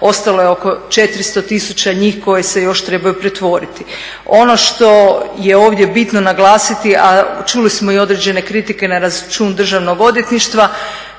ostalo je oko 400 tisuća njih koje se još trebaju pretvoriti. Ono što je ovdje bitno naglasiti, a čuli smo i određene kritike na račun državnog odvjetništva,